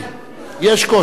יש קושי, יש קושי.